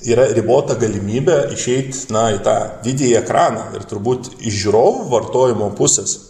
yra ribota galimybė išeit na į tą didįjį ekraną ir turbūt iš žiūrovų vartojimo pusės